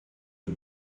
you